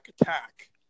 Attack